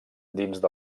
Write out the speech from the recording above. dins